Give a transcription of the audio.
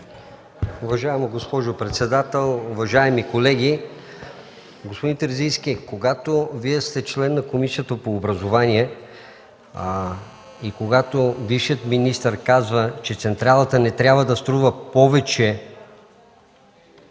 Уважаема госпожо председател, уважаеми колеги! Господин Терзийски, Вие сте член на Комисията по образование. Когато бившият министър казва, че централата не трябва да струва повече